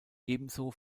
ebenso